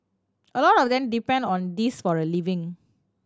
a lot of them depend on this for a living